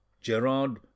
Gerard